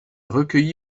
recueilli